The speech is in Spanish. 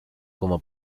como